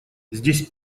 здесь